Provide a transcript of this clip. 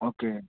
okay